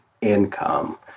income